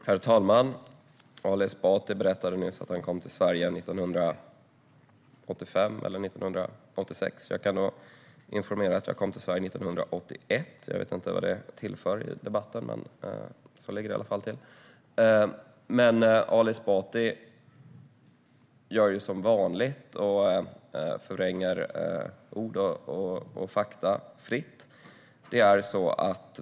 Herr talman! Ali Esbati berättade nyss att han kom till Sverige 1986. Jag kan då informera om att jag kom till Sverige 1981. Jag vet inte vad det tillför i debatten, men så ligger det i alla fall till. Ali Esbati gör som vanligt och förvränger ord och fakta fritt.